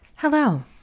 Hello